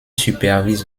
supervise